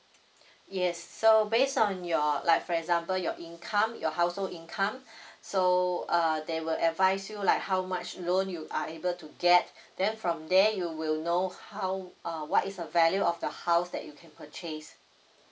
yes so based on your like for example your income your household income so err they will advise you like how much loan you are able to get then from there you will know how uh what is the value of the house that you can purchase